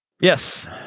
Yes